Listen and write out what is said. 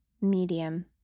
medium